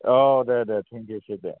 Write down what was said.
औ दे दे थेंकिउसै दे